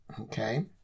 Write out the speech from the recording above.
Okay